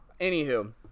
anywho